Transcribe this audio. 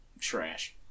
Trash